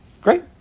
Great